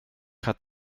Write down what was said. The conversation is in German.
hat